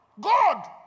God